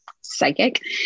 psychic